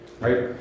right